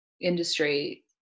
industry